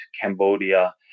Cambodia